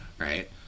right